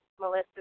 Melissa